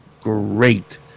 great